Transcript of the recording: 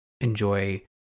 enjoy